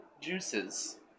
juices